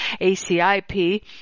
ACIP